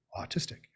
autistic